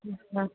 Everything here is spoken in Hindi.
अच्छा